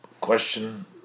Question